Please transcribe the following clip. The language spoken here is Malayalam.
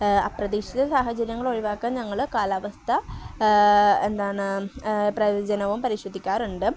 അപ്രതീക്ഷത സാഹചര്യങ്ങൾ ഒഴിവാക്കാൻ ഞങ്ങൾ കാലാവസ്ഥ എന്താണ് പ്രയോജനവും പരിശോധിക്കാറുണ്ട്